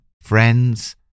friends